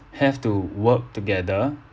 have to work together